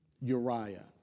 Uriah